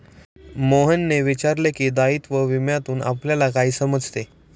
मोहनने विचारले की, दायित्व विम्यातून आपल्याला काय समजते?